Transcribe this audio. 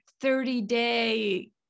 30-day